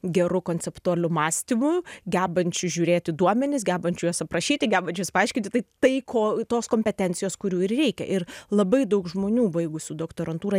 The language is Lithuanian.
geru konceptualiu mąstymu gebančiu žiūrėti duomenis gebančiu juos aprašyti gebančiu juos paaiškinti tai tai ko tos kompetencijos kurių ir reikia ir labai daug žmonių baigusių doktorantūrą